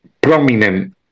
prominent